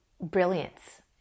brilliance